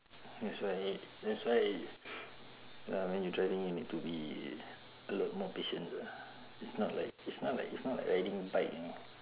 that's why that's why uh when you driving you need to be a lot more patience ah it's not like it's not like it's not like riding bike you know